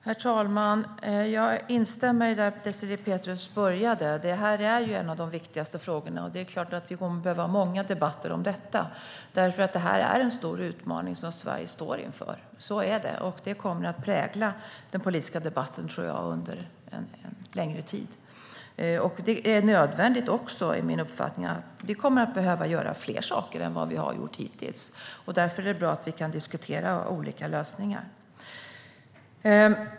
Herr talman! Jag instämmer i det som Désirée Pethrus började med. Det här är en av de viktigaste frågorna. Det är klart att vi kommer att behöva ha många debatter om detta, för det är en stor utmaning som Sverige står inför - så är det. Det kommer att prägla den politiska debatten, tror jag, under en längre tid. Min uppfattning är också att vi kommer att behöva göra fler saker än vad vi har gjort hittills. Därför är det bra att vi kan diskutera olika lösningar.